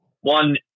one